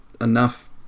enough